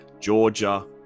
Georgia